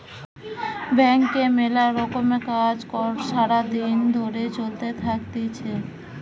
ব্যাংকে মেলা রকমের কাজ কর্ সারা দিন ধরে চলতে থাকতিছে